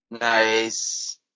Nice